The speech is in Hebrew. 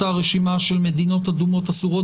אותה רשימה של מדינות אדומות אסורות